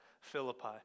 Philippi